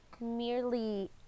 merely